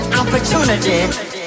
Opportunity